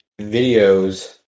videos